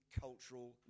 cultural